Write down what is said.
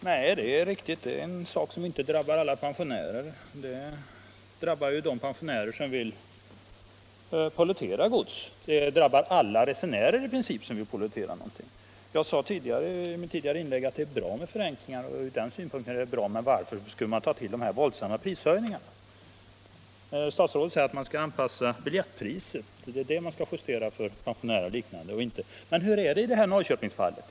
Fru talman! Det är riktigt att höjningarna inte drabbar alla pensionärer; de drabbar bara de pensionärer som vill pollettera gods. Men de drabbar i princip alla resenärer som vill pollettera någonting. I mitt tidigare inlägg sade jag att det är bra med förenklingar, men varför skulle man ta till dessa våldsamma prishöjningar? Statsrådet sade att det är biljettpriset som vi skall justera för pensionärerna, men hur är det i Norrköpingsfallet?